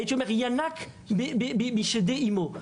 ממה שינק משדי אימו.